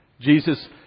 Jesus